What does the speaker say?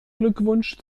glückwunsch